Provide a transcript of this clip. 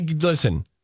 listen